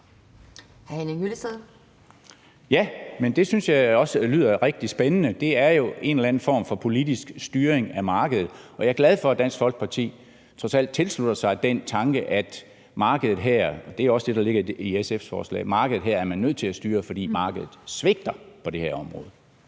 Ja, men det synes jeg også lyder rigtig spændende. Det er jo en eller anden form for politisk styring af markedet, og jeg er glad for, at Dansk Folkeparti trods alt tilslutter sig den tanke, at markedet her – og det er også det, der ligger i SF's forslag – er man nødt til at styre, fordi markedet svigter på det her område.